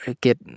get